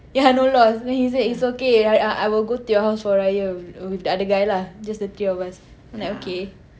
ya no loss then he say it's okay uh I will go to your house for raya with the other guy lah just the three of us I'm like okay